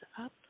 up